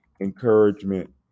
encouragement